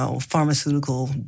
pharmaceutical